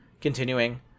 continuing